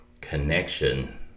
connection